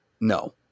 no